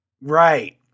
Right